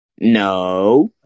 No